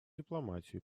дипломатию